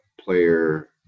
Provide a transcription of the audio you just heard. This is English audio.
player